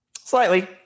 Slightly